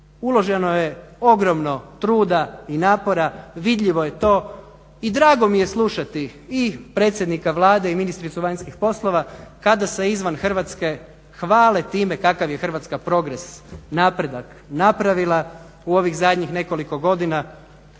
Uloženo je ogromno truda i napora, vidljivo je to i drago mi je slušati i predsjednika Vlade i ministricu vanjskih poslova kada se izvan Hrvatske hvale time kakav je time progres napredak napravila u ovih zadnjih nekoliko godina,